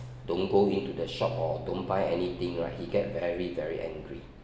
don't go into the shop or don't buy anything right he get very very angry